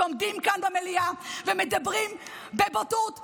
זה שעומדים כאן במליאה ומדברים בבוטות ובבריונות,